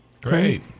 Great